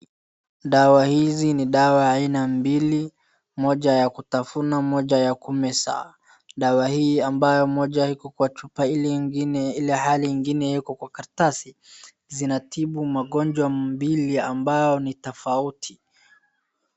Dawa hizi ni dawa aina mbili, moja ya kutafuna moja ya kumeza. Dawa hii ambayo moja iko kwa chupa ilhali ingine iko kwa karatasi zinatibu magonjwa mbili ambayo ni tofauti.